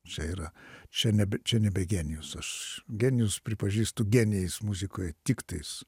čia yra čia nebe čia nebe genijus aš genijus pripažįstu genijais muzikoj tiktais